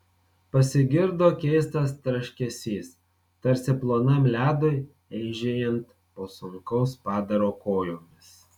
pasigirdo keistas traškesys tarsi plonam ledui eižėjant po sunkaus padaro kojomis